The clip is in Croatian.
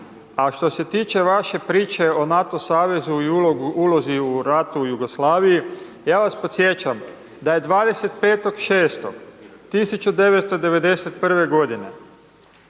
a što se tiče vaše priče o NATO savezu i ulozi u ratu u Jugoslaviji, ja vas podsjećam da je 25.06.1991. godine